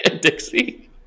dixie